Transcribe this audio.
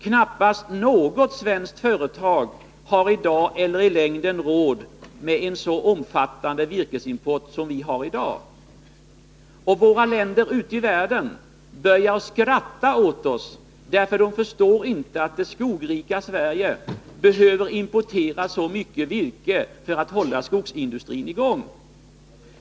Knappast något svenskt företag har i dag eller i längden råd med en så omfattande virkesimport som dagens. I utlandet börjar man skratta åt oss, eftersom man inte förstår varför det skogrika Sverige behöver importera så mycket virke för att hålla skogsindustrin i gång.